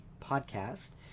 podcast